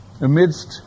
Amidst